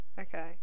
Okay